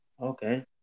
Okay